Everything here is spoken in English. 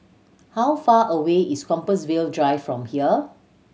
how far away is Compassvale Drive from here